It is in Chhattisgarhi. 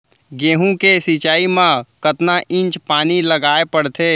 गेहूँ के सिंचाई मा कतना इंच पानी लगाए पड़थे?